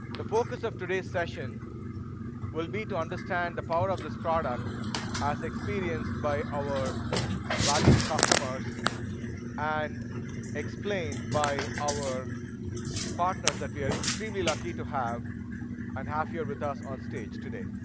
the focus of today's session will be to understand the power of this product as experienced by our valued customers and explained by our partners that we are extremely lucky to have and have here with us on stage today.